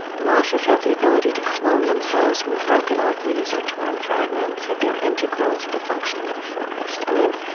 mosses have the ability to clone themselves from broken off leaves or torn fragments, that they're integral to the functioning of a forest. i mean,